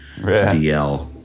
DL